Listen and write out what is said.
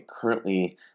currently